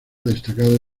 destacado